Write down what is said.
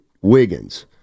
Wiggins